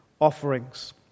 offerings